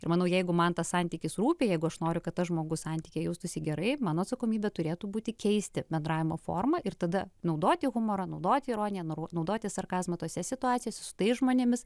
ir manau jeigu man tas santykis rūpi jeigu aš noriu kad tas žmogus santykyje jaustųsi gerai mano atsakomybė turėtų būti keisti bendravimo formą ir tada naudoti humorą naudoti ironiją naudoti sarkazmą tose situacijose su tais žmonėmis